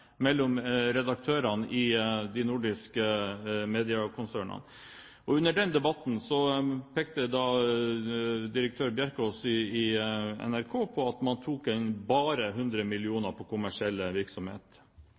mellom redaktørene i de nordiske mediekonsernene. Under den debatten pekte direktør Bjerkaas i NRK på at man tok inn bare 100 mill. kr på kommersiell virksomhet.